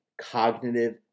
cognitive